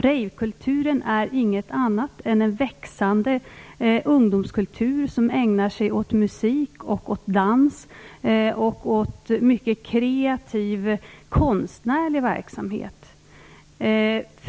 Ravekulturen är inget annat än en växande ungdomskultur som ägnar sig åt musik, dans och mycket kreativ konstnärlig verksamhet.